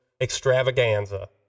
extravaganza